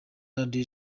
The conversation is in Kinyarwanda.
radio